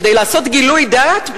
כדי לעשות "גילוי דעת"?